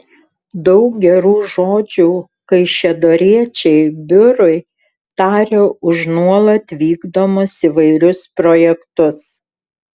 daug gerų žodžių kaišiadoriečiai biurui taria už nuolat vykdomus įvairius projektus